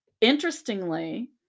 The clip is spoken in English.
interestingly